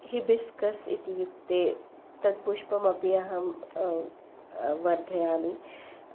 hibiscus इति युक्ते तत् पुष्पमपि अहं वर्धयामि